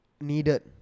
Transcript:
needed